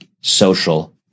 social